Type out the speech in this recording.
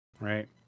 right